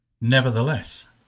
Nevertheless